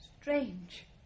Strange